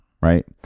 right